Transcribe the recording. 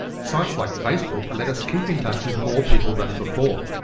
sites like facebook let us keep in touch with more people than before.